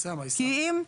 היא שמה, היא שמה.